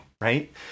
right